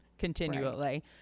Continually